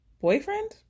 Boyfriend